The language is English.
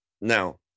Now